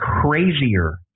crazier